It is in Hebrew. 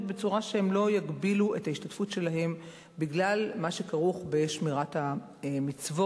ושהם לא יגבילו את ההשתתפות שלהם בגלל מה שכרוך בשמירת המצוות,